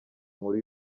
nkuru